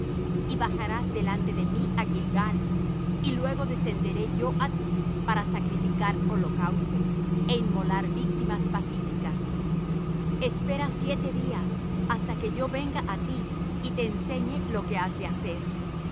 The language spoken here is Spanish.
y bajarás delante de mí á gilgal y luego descenderé yo á ti para sacrificar holocaustos é inmolar víctimas pacíficas espera siete días hasta que yo venga á ti y te enseñe lo que has de hacer